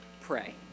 pray